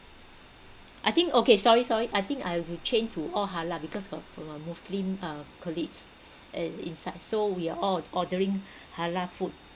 I think okay sorry sorry I think I will change to all halal because got got a muslim um colleagues and inside so we are all ordering halal food